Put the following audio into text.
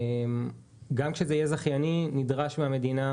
גם כשזה יהיה זכייני נדרש מהמדינה